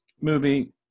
movie